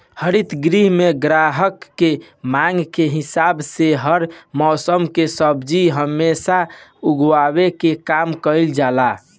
हरित गृह में ग्राहक के मांग के हिसाब से हर मौसम के सब्जी हमेशा उगावे के काम कईल जाला